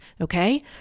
Okay